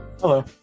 Hello